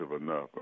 enough